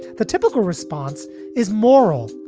the typical response is moral,